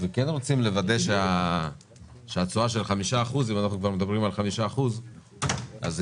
לכן אנחנו מציעים 5% מינוס דמי